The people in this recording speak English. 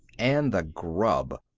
and the grub.